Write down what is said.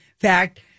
fact